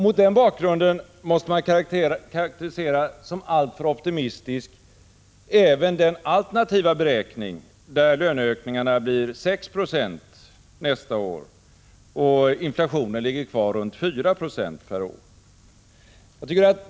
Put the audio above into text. Mot den bakgrunden måste man karakterisera som alltför optimistisk även den alternativa beräkning där löneökningarna blir 6 26 nästa år och inflationen ligger kvar runt 4 96 per år.